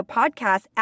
podcast